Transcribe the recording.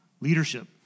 leadership